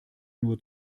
nur